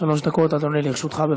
שלוש דקות, אדוני, לרשותך.